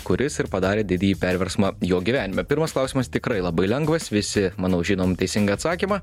kuris ir padarė didįjį perversmą jo gyvenime pirmas klausimas tikrai labai lengvas visi manau žinom teisingą atsakymą